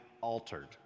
altered